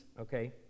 okay